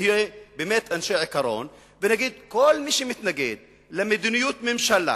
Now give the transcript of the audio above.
נהיה באמת אנשי עיקרון ונגיד: כל מי שמתנגד למדיניות ממשלה